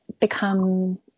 become